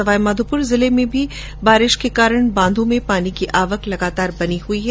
सवाईमाधोपुर जिले में भी बारिश के कारण बांधों में पानी की आवक लगातार बनी हुई है